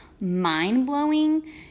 mind-blowing